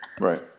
Right